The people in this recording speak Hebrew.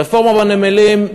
רפורמה בנמלים,